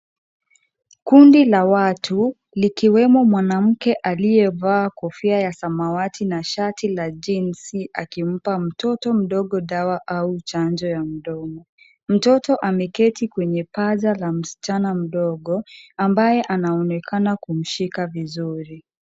Kundi la watu likiwemo mwanamke aliyevaa kofia ya samawati na shati la jeansi akimpa mtoto mdogo dawa au chanjo ya mdomo. Mtoto ameketi kwenye paja la msichana mdogo ambaye anaonekana kumshika vizuri.